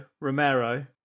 Romero